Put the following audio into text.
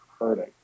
hurting